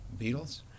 Beatles